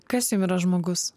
kas jum yra žmogus